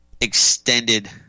extended